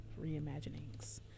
reimaginings